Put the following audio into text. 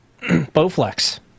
Bowflex